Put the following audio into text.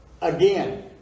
Again